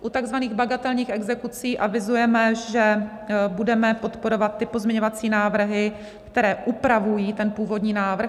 U takzvaných bagatelních exekucí avizujeme, že budeme podporovat ty pozměňovací návrhy, které upravují ten původní návrh.